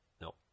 No